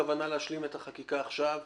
הכוונה היא להשלים את החקיקה עכשיו,